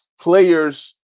Players